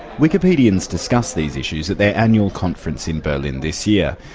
wikipedians discussed these issues at their annual conference in berlin this year.